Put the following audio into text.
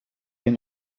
très